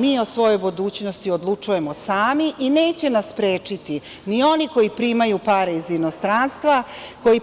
Mi o svojoj budućnosti odlučujemo sami i neće nas sprečiti ni oni koji primaju pare iz inostranstva, koji